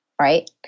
right